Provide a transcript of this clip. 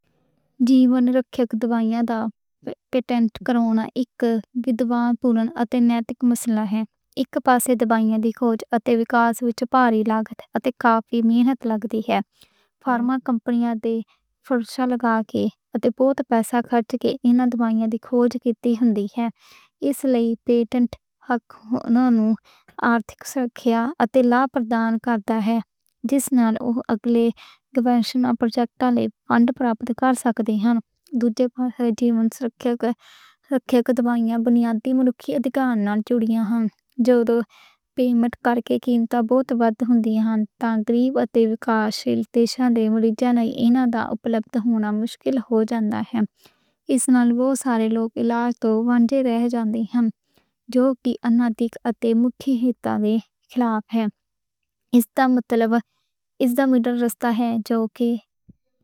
جیون رکھیا لئی دوا دا پیٹنٹ کرنا ایک اَیتھک مسئلہ ہے۔ اک پاسے دوا دی کھوج اتے وکاس وچ بھاری لاگت اتے کافی مہنگائی لگدی ہے۔ اتے پیسہ خرچ کے ایں دواواں دی کھوج کیتی ہوئی ہے۔ اس لئی پیٹنٹ اگ نوں آرتھک سرکھیا اتے لاپرواہی دا کارن ہے۔ جس نالوں اگلے گَوَیشن اپرجگتا لئی پابندی پراپت کر سکتے ہن۔ توجہہ پاسے اے جی منکھ رکھیا کروا کے بنیادی انسانی ادھیکار نال جوڑے ہن۔ جو تُوں پیدا کر کے قیمتاں بہت ودھ ہندی ہے۔ تاں گری عائدے وکاسیلی دِشا دے موڈّے جہ نئیں، اِنہاں دا اُپلبدھ ہونا مشکل ہو جاندا ہے۔ اس نال اوہ سارے لوک علاج توں ونج رہے جاندے ہن۔ جو کہ اَنیَتھک اتے مکھ اُدیش دے خلاف ہے۔ اس دا مطلب اس دا متبادل راستہ ہے جو کہ۔